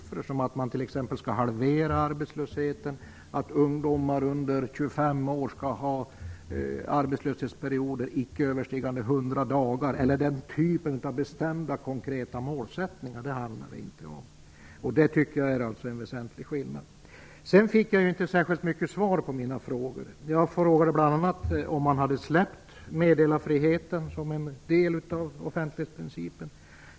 Det handlar inte om att man t.ex. skall halvera arbetslösheten, att ungdomar under 25 år skall ha arbetslöshetsperioder icke överstigande 100 dagar eller den typen av konkreta målsättningar. Det tycker jag är en väsentlig skillnad. Jag fick inte särskilt mycket svar på mina frågor. Jag frågade bl.a. om man hade släppt meddelarfriheten som en del av offentlighetsprincipen.